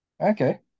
Okay